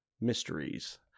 mysteries